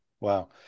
wow